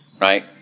Right